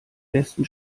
besten